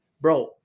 Bro